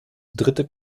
dritte